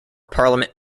parliament